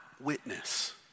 witness